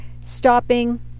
stopping